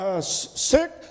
Sick